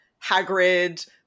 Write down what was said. hagrid